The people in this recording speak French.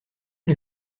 les